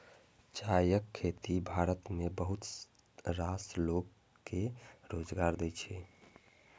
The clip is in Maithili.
चायक खेती भारत मे बहुत रास लोक कें रोजगार दै छै